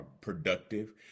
productive